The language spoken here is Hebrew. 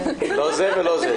לא זה ולא זה.